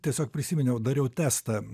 tiesiog prisiminiau dariau testą